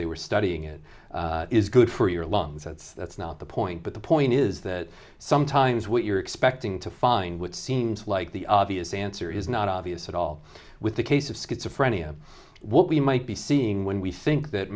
they were studying it is good for your lungs that's that's not the point but the point is that sometimes what you're expecting to find what seems like the obvious answer is not obvious at all with the case of schizophrenia what we might be seeing when we think that